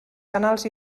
canals